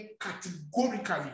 categorically